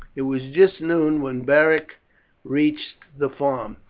it was just noon when beric reached the farm.